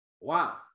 wow